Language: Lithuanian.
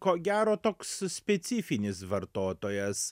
ko gero toks specifinis vartotojas